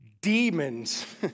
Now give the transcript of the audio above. Demons